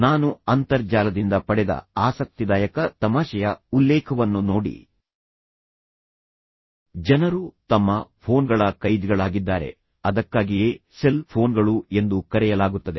ನಾನು ಅಂತರ್ಜಾಲದಿಂದ ಪಡೆದ ಆಸಕ್ತಿದಾಯಕ ತಮಾಷೆಯ ಉಲ್ಲೇಖವನ್ನು ನೋಡಿ ಜನರು ತಮ್ಮ ಫೋನ್ಗಳ ಕೈದಿಗಳಾಗಿದ್ದಾರೆ ಅದಕ್ಕಾಗಿಯೇ ಸೆಲ್ ಫೋನ್ಗಳು ಎಂದು ಕರೆಯಲಾಗುತ್ತದೆ